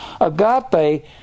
agape